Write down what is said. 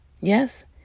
yes